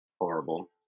horrible